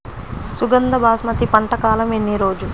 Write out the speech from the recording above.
సుగంధ బాస్మతి పంట కాలం ఎన్ని రోజులు?